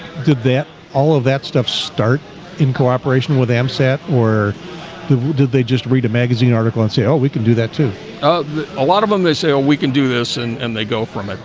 did that all of that stuff start in cooperation with am set or did they just read a magazine article and say oh we can do that too a? lot of them they say oh we can do this and and they go from it.